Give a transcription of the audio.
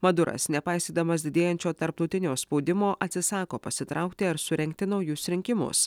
maduras nepaisydamas didėjančio tarptautinio spaudimo atsisako pasitraukti ar surengti naujus rinkimus